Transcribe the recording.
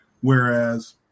Whereas